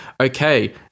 okay